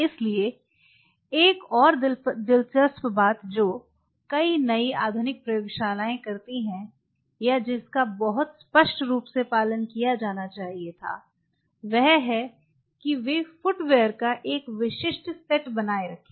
इसलिए एक और दिलचस्प बात जो कई नई आधुनिक प्रयोगशालाएं करती हैं या जिसका बहुत स्पष्ट रूप से पालन किया जाना चाहिए वह है कि वे फुटवियर का एक विशिष्ट सेट बनाए रखें